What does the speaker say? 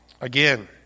Again